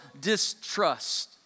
distrust